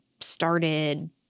started